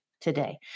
today